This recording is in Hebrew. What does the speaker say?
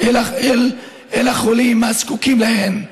אל החולים הזקוקים להם,